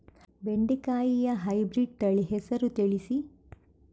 ಬೆಂಡೆಕಾಯಿಯ ಹೈಬ್ರಿಡ್ ತಳಿ ಹೆಸರು ತಿಳಿಸಿ?